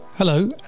Hello